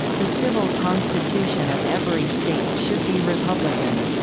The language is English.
the civil constitution of every state should be republican